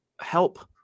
help